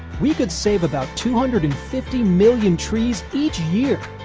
we would save about two hundred and fifty million trees each year.